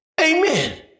Amen